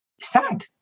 Sad